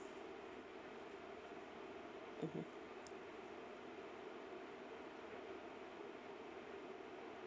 mmhmm